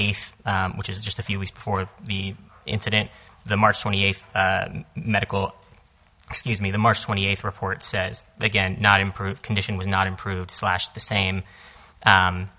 eighth which is just a few weeks before the incident the march twenty eighth medical excuse me the march twenty eighth report says again not improved condition was not improved slashed the same